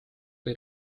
või